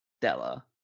Della